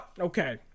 okay